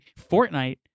Fortnite